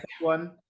one